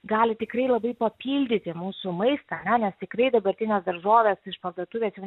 gali tikrai labai papildyti mūsų maistą ane nes tikrai dabartinės daržovės iš parduotuvės jau